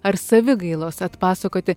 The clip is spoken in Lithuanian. ar savigailos atpasakoti